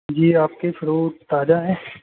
जी आपके फ्रूट ताजा हैं